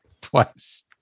twice